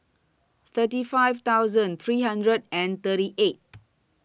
thirty five thousand three hundred and thirty eight